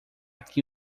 que